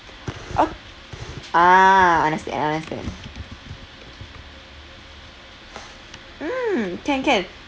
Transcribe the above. o~ ah understand understand mm can can